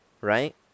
Right